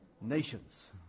nations